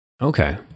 Okay